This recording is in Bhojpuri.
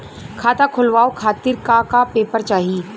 खाता खोलवाव खातिर का का पेपर चाही?